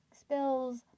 spills